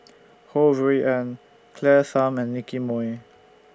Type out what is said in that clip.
Ho Rui An Claire Tham and Nicky Moey